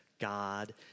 God